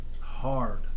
hard